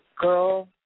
girl